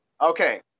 Okay